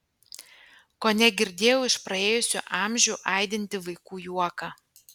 kone girdėjau iš praėjusių amžių aidintį vaikų juoką